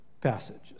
passages